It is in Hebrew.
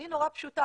אני נורא פשוטה.